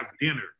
dinner